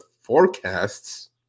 forecasts